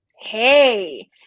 hey